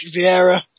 Vieira